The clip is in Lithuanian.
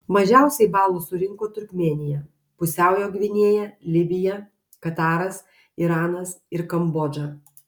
mažiausiai balų surinko turkmėnija pusiaujo gvinėja libija kataras iranas ir kambodža